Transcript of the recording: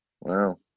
Wow